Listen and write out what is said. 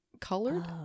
Colored